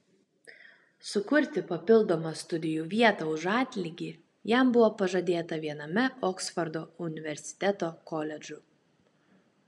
sukurti papildomą studijų vietą už atlygį jam buvo pažadėta viename oksfordo universiteto koledžų